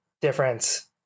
difference